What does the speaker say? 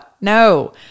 no